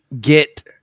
get